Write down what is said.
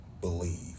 believe